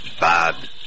Bad